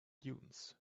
dunes